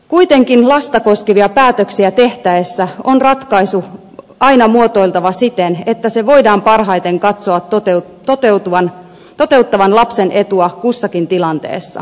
kuitenkin lasta koskevia päätöksiä tehtäessä on ratkaisu aina muotoiltava siten että sen voidaan parhaiten katsoa toteuttavan lapsen etua kussakin tilanteessa